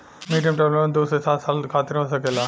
medium term loan दू से सात साल खातिर हो सकेला